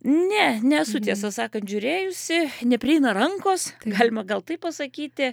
ne nesu tiesą sakant žiūrėjusi neprieina rankos galima gal taip pasakyti